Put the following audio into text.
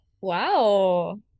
Wow